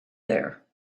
there